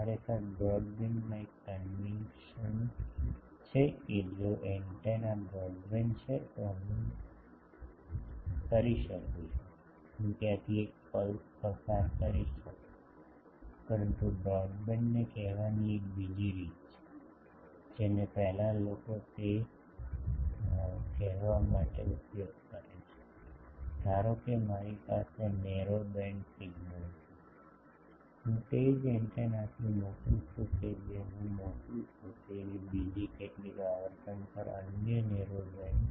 ખરેખર બ્રોડબેન્ડમાં એક કન્વેશન છે કે જો એન્ટેના બ્રોડબેન્ડ છે તો હું કરી શકું છું હું ત્યાંથી એક પલ્સ પસાર કરી શકશે પરંતુ બ્રોડબેન્ડને કહેવાની એક બીજી રીત છે જેને પહેલા લોકો તે કહેવા માટે ઉપયોગ કરે છે ધારો કે મારી પાસે નેરો બેન્ડ સિગ્નલ છે હું તે જ એન્ટેનાથી મોકલું છું કે હું મોકલું છું તેવી બીજી કેટલીક આવર્તન પર અન્ય નેરો બેન્ડ સિગ્નલ